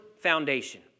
foundation